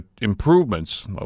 improvements